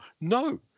No